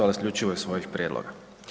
ali isključivo iz svojih prijedloga.